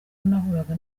nahuraga